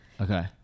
Okay